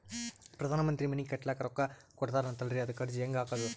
ಪ್ರಧಾನ ಮಂತ್ರಿ ಮನಿ ಕಟ್ಲಿಕ ರೊಕ್ಕ ಕೊಟತಾರಂತಲ್ರಿ, ಅದಕ ಅರ್ಜಿ ಹೆಂಗ ಹಾಕದು?